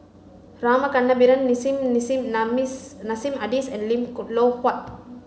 Rama Kannabiran Nissim Nassim Adis and Lim Loh Huat